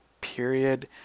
period